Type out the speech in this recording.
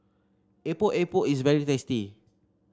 Epok Epok is very tasty